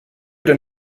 den